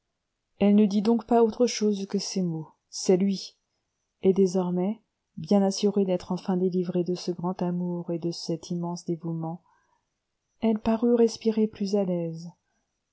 elle ne dit donc pas autre chose que ces mots c'est lui et désormais bien assurée d'être enfin délivrée de ce grand amour et de cet immense dévouement elle parut respirer plus à l'aise